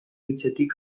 hitzetik